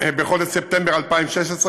בחודש ספטמבר 2016,